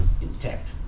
intact